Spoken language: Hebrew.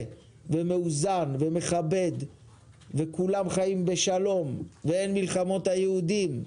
ומאוזן ומכבד וכולם חיים בשלום ואין מלחמות היהודים.